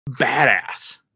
badass